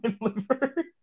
liver